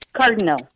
Cardinal